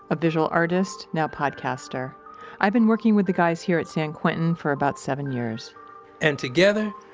a visual artist, now podcaster i've been working with the guys here at san quentin for about seven years and together,